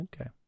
Okay